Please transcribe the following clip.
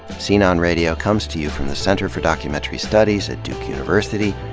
scene on radio comes to you from the center for documentary studies at duke university,